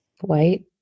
white